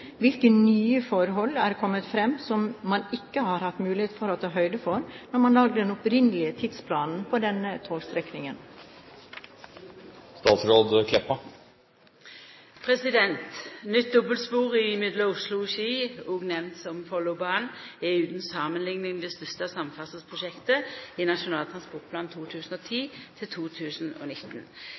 hvilke nye forhold er kommet fram som man ikke har hatt mulighet til å ta høyde for da man lagde den opprinnelige tidsplanen for denne togstrekningen?» Nytt dobbeltspor mellom Oslo og Ski, òg nemnt som Follobanen, er utan samanlikning det største samferdselsprosjektet i Nasjonal transportplan